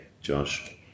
Josh